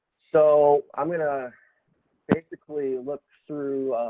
so i'm gonna basically look through,